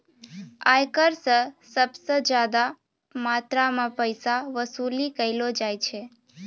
आयकर स सबस ज्यादा मात्रा म पैसा वसूली कयलो जाय छै